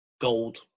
gold